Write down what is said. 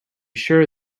sure